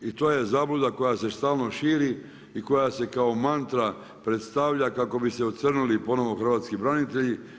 I to je zabluda koja ste stalno širi i koja se kao mantra predstavlja kako bi se ocrnili ponovno hrvatski branitelji.